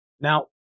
Now